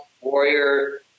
Warrior